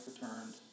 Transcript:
returned